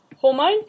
hormone